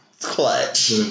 Clutch